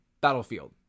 battlefield